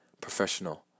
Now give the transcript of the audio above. professional